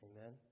Amen